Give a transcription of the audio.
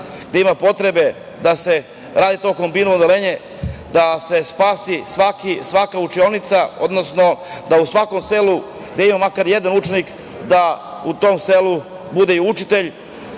gde ima potrebe da se radi to kombinovano odeljenje, da se spasi svaka učionica, da u svakom selu gde ima jedan makar učenik, da u tom selu, bude i učitelj,